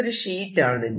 ഇതൊരു ഷീറ്റ് ആണ്